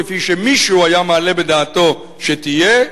כפי שמישהו היה מעלה בדעתו שתהיה,